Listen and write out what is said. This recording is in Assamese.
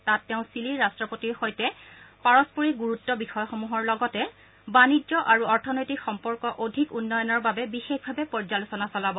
তাত তেওঁ ছিলিৰ ৰাট্টপতিৰ সৈতে পাৰস্পৰিক গুৰুত্বপূৰ্ণ বিষয়সমূহৰ লগতে বাণিজ্য আৰু অৰ্থনৈতিক সম্পৰ্ক অধিক উন্নয়নৰ বাবে বিশেষভাৱে পৰ্যালোচনা চলাব